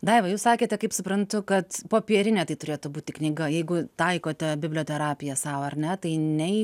daiva jūs sakėte kaip suprantu kad popierinė tai turėtų būti knyga jeigu taikote biblioterapiją sau ar ne tai nei